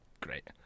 great